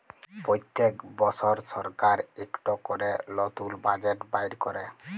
প্যত্তেক বসর সরকার ইকট ক্যরে লতুল বাজেট বাইর ক্যরে